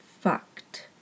fucked